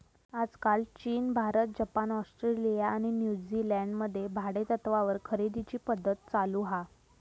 आजकाल चीन, Bharat, Japan, Australia आणि न्यूजीलंड मध्ये भाडेतत्त्वावर खरेदीची पध्दत चालु हा